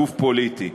גוף פוליטי.